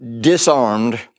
disarmed